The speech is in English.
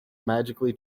magically